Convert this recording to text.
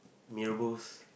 mee-rebus